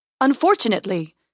Unfortunately